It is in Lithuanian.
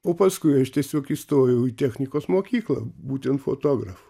o paskui aš tiesiog įstojau į technikos mokyklą būtent fotografu